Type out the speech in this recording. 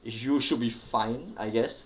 is you should be fine I guess